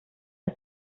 ist